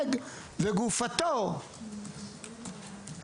ייהרג וגופתו תישרף,